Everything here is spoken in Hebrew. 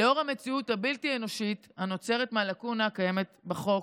לנוכח המציאות הבלתי-אנושית הנוצרת מהלקונה הקיימת בחוק.